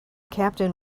captain